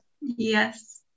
Yes